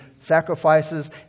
sacrifices